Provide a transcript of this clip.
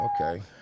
Okay